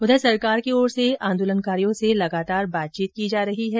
उधर सरकार की ओर से आंदोलनकारियों से लगातार बातचीत की जा रही है